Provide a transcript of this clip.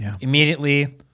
immediately